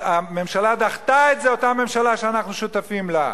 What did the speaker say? הממשלה דחתה את זה, אותה ממשלה שאנחנו שותפים לה.